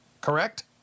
Correct